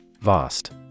VAST